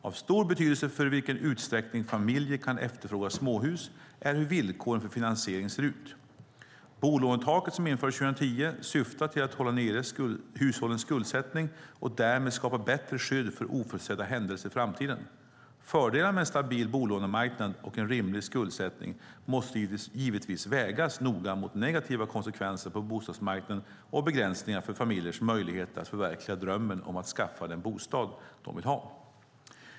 Av stor betydelse för i vilken utsträckning familjer kan efterfråga småhus är hur villkoren för finansiering ser ut. Bolånetaket, som infördes 2010, syftar till att hålla ned hushållens skuldsättning och därmed skapa bättre skydd för oförutsedda händelser i framtiden. Fördelarna med en stabil bolånemarknad och en rimlig skuldsättning måste givetvis vägas noga mot negativa konsekvenser på bostadsmarknaden och begränsningar för familjers möjligheter att förverkliga drömmen om att skaffa den bostad de vill ha.